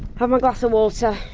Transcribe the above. have my glass of water.